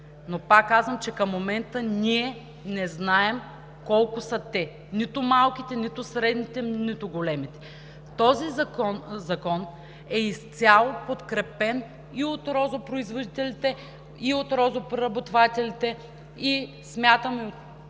Пак казвам, че към момента ние не знаем колко са те – нито малките, нито средните, нито големите. Този закон е изцяло подкрепен и от розопроизводителите, и от розопреработвателите, смятам, че